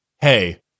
hey